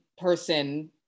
person